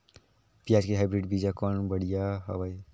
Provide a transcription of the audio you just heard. पियाज के हाईब्रिड बीजा कौन बढ़िया हवय?